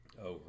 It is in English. over